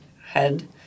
head